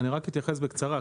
אני אתייחס בקצרה,